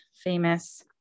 Famous